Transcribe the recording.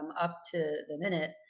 up-to-the-minute